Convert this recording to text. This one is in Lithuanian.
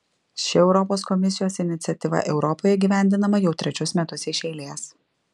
ši europos komisijos iniciatyva europoje įgyvendinama jau trečius metus iš eilės